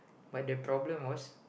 but the problem was